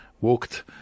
walked